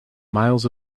miles